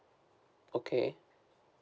okay